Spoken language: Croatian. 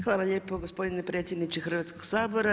Hvala lijepo gospodin predsjedniče Hrvatskog sabora.